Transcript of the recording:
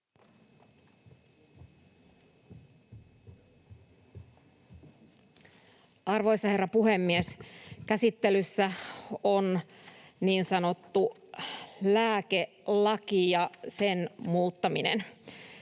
Arvoisa herra puhemies! Käsittelyssä on niin sanottu lääkelaki ja sen muuttaminen.